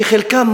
שחלקם,